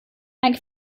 ein